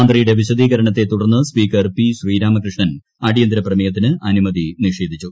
മന്ത്രിയുടെ വിശദീകരണത്തെ തുടർന്ന് സ്പീക്കർ പിച്ചശ്രീരാമകൃഷണൻ അടിയന്തര പ്രമേയത്തിന് അനുമതി നിഷേധിച്ചു